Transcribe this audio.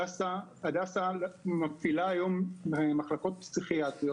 הדסה מפעילה היום מחלקות פסיכיאטריות